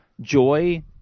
joy